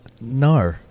no